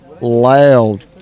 loud